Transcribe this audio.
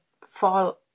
fall